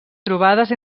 trobades